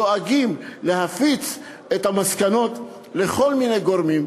דואגים להפיץ את המסקנות לכל מיני גורמים,